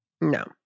No